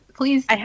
please